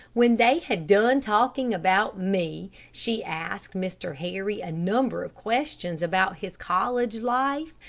when they had done talking about me, she asked mr. harry a number of questions about his college life,